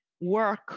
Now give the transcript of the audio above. work